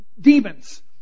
demons